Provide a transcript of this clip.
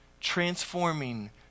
transforming